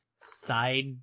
side